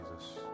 Jesus